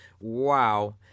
Wow